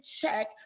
check